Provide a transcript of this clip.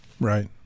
Right